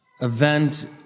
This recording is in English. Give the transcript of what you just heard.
event